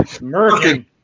American